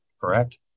correct